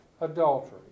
adultery